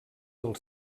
del